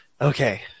okay